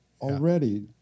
Already